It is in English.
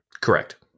Correct